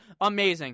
amazing